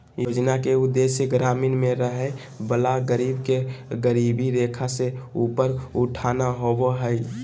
योजना के उदेश्य ग्रामीण में रहय वला गरीब के गरीबी रेखा से ऊपर उठाना होबो हइ